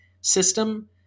system